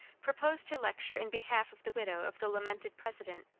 proposed to lecture in behalf of the widow of the lamented president,